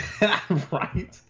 Right